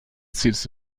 seeds